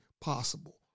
possible